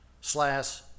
slash